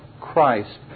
Christ